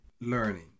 learning